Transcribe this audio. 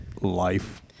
life